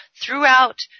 throughout